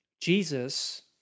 Jesus